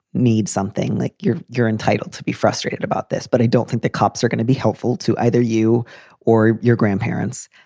need something like your you're entitled to be frustrated about this. but i don't think the cops are going to be helpful to either you or your grandparents.